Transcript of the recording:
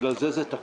לכן זה תקוע?